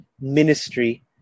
Ministry